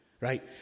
right